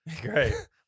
Great